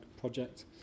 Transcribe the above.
project